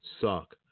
suck